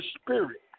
Spirit